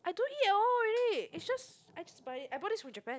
I don't eat at home already it's just I just buy it I bought this from Japan